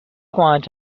quite